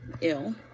ill